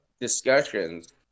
discussions